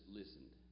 listened